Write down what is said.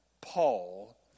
Paul